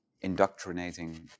indoctrinating